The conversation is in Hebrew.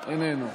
איננו.